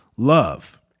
Love